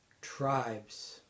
tribes